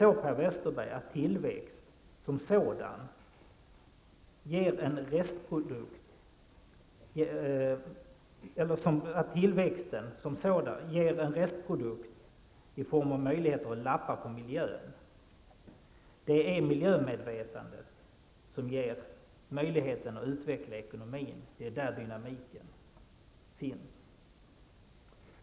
Det är inte så, Per Westerberg, att tillväxten som sådan ger en restprodukt i form av möjligheter att lappa på miljön. Det är miljömedvetandet som ger möjligheten att utveckla ekonomin. Det är där dynamiken finns.